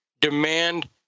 demand